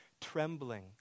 trembling